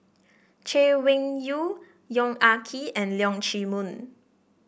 Chay Weng Yew Yong Ah Kee and Leong Chee Mun